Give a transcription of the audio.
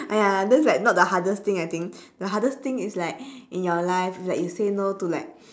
!aiya! that's like not the hardest thing I think the hardest thing is like in your life like you say no to like